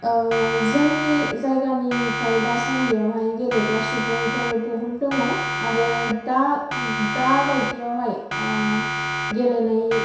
जोंनि जायगानिफ्राय दा सान्दियावहाय गेलेग्रा सुबुंफोर बहुद दङ आरो दा दा बायदियावहाय गेलेनाय